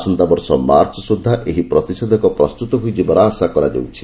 ଆସନ୍ତାବର୍ଷ ମାର୍ଚ୍ଚ ମାସ ସୁଦ୍ଧା ଏହି ପ୍ରତିଷେଧକ ପ୍ରସ୍ତୁତ ହୋଇଯିବାର ଆଶା କରାଯାଉଛି